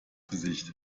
gesicht